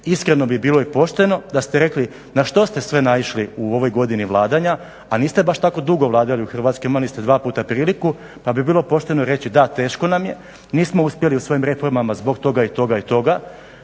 Iskreno bi bilo i pošteno da ste rekli na što ste sve naišli u ovoj godini vladanja, a niste baš tako dugo vladali u Hrvatskoj, a niste baš tako dugo vladali u Hrvatskoj, imali ste dva puta priliku, pa bi bilo pošteno reći, da, teško nam je, nismo uspjeli u svojim reformama zbog toga, toga i toga.